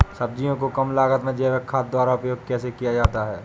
सब्जियों को कम लागत में जैविक खाद द्वारा उपयोग कैसे किया जाता है?